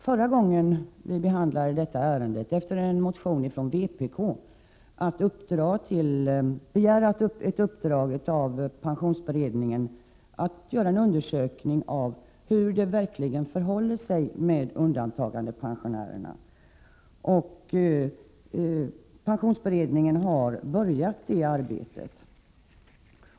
Förra gången vi behandlade samma ärende — då med anledning av en motion från vpk — beslutade vi ju att hos pensionsberedningen begära en undersökning av hur det verkligen förhåller sig med undantagandepensionärerna. Pensionsberedningen har påbörjat det arbetet.